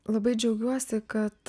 labai džiaugiuosi kad